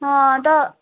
ହଁ ତ